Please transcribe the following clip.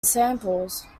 samples